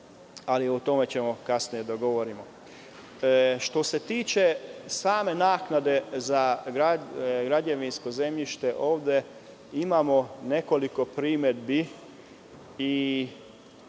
ali o tome ćemo kasnije govoriti. Što se tiče same naknade za građevinsko zemljište, ovde imamo nekoliko primedbi.